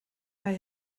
hij